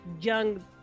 young